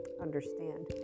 understand